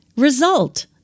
Result